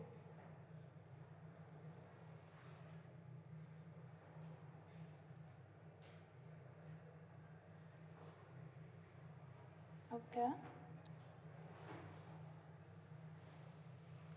okay